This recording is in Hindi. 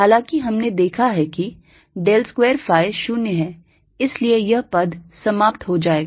हालांकि हमने देखा है कि del square phi 0 है इसलिए यह पद समाप्त हो जाएगा